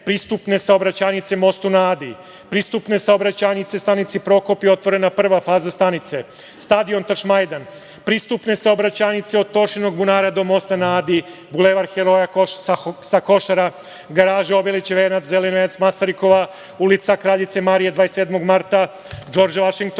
pristupne saobraćajnice „Mostu na Adi“, pristupne saobraćajnice stanici Prokop i otvorena prva faza stanice, stadion Tašmajdan, pristupne saobraćajnice od Tošinog bunara do „Mosta na Adi“, Bulevar heroja sa Košara, garaže Obilićev venac, Zeleni venac, Masarikova, ulica Kraljice Marije, 27. marta, Džordža Vašingtona